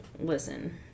listen